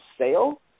sale